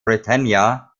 britannia